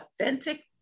authentic